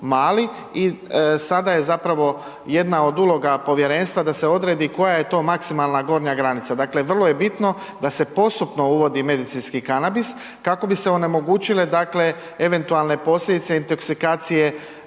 i sada je zapravo jedna od uloga povjerenstva da se odredi koja je to maksimalna gornja granica. Dakle, vrlo je bitno da se postupno uvodi medicinski kanabis kako bi se onemogućile, dakle, eventualne posljedice intoksikacije